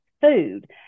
food